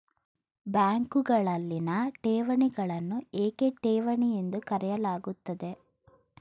ಬ್ಯಾಂಕುಗಳಲ್ಲಿನ ಠೇವಣಿಗಳನ್ನು ಏಕೆ ಠೇವಣಿ ಎಂದು ಕರೆಯಲಾಗುತ್ತದೆ?